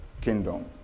Kingdom